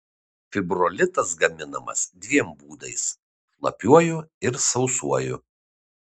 fibrolitas gaminamas dviem būdais šlapiuoju ir sausuoju